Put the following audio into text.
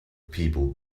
people